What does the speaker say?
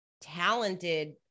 talented